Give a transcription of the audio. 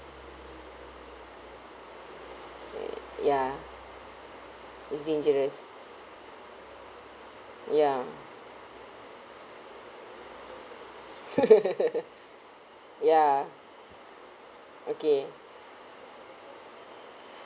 ya it's dangerous ya ya okay